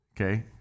Okay